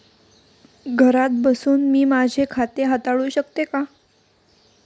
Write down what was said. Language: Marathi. घरात बसून मी माझे खाते हाताळू शकते का?